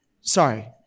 sorry